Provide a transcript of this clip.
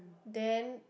then